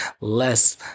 less